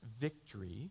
victory